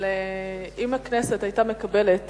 אבל אם הכנסת היתה מקבלת